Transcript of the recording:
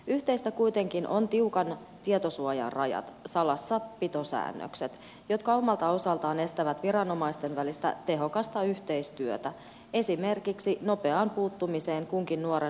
yhteistä kuitenkin ovat tiukan tietosuojarajan salassapitosäännökset jotka omalta osaltaan estävät viranomaisten välistä tehokasta yhteistyötä esimerkiksi nopeaan puuttumiseen kunkin nuoren muuttuvassa tilanteessa